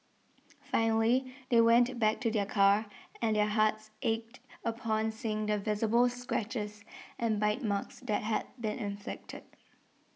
finally they went back to their car and their hearts ached upon seeing the visible scratches and bite marks that had been inflicted